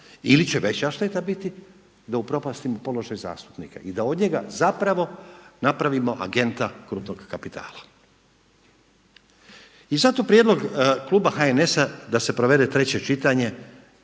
ili će veća šteta biti sa upropastimo položaj zastupnika i da od njega napravimo agenta krupnog kapitala? I zato prijedlog kluba HNS-a da se provede treće čitanje,